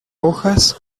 hojas